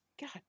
God